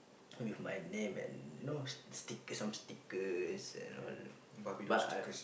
with my name and you know stickers some stickers and all but I